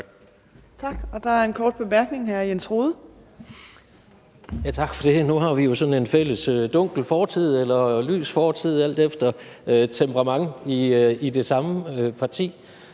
Tak, og der er en kort bemærkning fra hr. Jens Rohde. Kl. 14:18 Jens Rohde (RV): Tak for det. Nu har vi jo sådan en fælles dunkel fortid – eller lys fortid, alt efter temperament – i det samme parti.